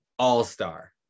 all-star